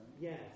yes